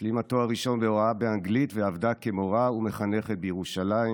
השלימה תואר ראשון בהוראת אנגלית ועבדה כמורה ומחנכת בירושלים.